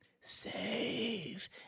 Save